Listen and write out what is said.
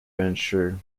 ensure